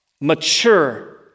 Mature